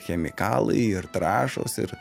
chemikalai ir trąšos ir